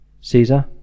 Caesar